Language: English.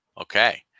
okay